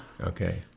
Okay